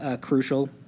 crucial